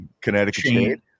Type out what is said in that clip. Connecticut